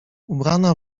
ubrana